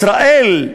ישראל,